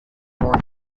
point